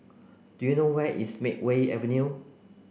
do you know where is Makeway Avenue